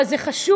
אבל זה חשוב,